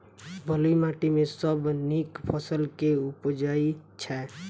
बलुई माटि मे सबसँ नीक फसल केँ उबजई छै?